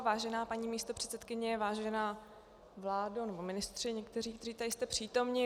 Vážená paní místopředsedkyně, vážená vládo nebo ministři někteří, kteří tady jste přítomní.